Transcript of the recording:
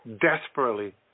desperately